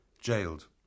jailed